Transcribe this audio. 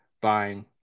buying